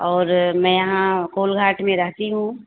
और मैं यहाँ कोलघाट में रेहती हूँ